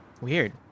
Weird